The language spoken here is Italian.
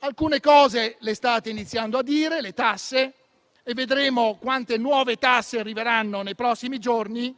Alcune cose state iniziando a dirle: le tasse. Vedremo quante nuove tasse arriveranno nei prossimi giorni.